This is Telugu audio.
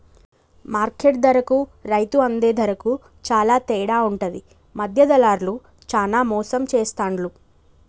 మార్కెట్ ధరకు రైతు అందే ధరకు చాల తేడా ఉంటది మధ్య దళార్లు చానా మోసం చేస్తాండ్లు